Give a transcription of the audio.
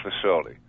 facility